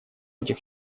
этих